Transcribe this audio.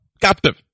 captive